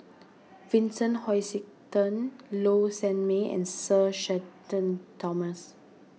Vincent Hoisington Low Sanmay and Sir Shenton Thomas